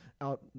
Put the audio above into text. out